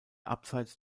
abseits